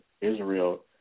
Israel